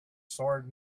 sword